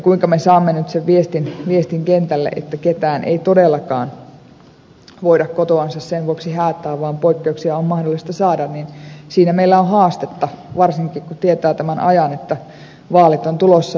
kuinka me saamme nyt sen viestin kentälle että ketään ei todellakaan voida kotoansa sen vuoksi häätää vaan poikkeuksia on mahdollista saada siinä meillä on haastetta varsinkin kun tietää tämän ajan että vaalit ovat tulossa